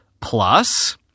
plus